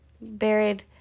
buried